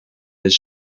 his